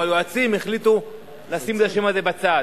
היועצים שהחליטו לשים את השם הזה בצד,